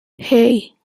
hey